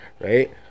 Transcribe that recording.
right